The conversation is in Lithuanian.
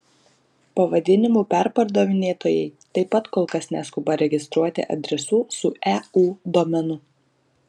pavadinimų perpardavinėtojai taip pat kol kas neskuba registruoti adresų su eu domenu